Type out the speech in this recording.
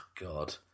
god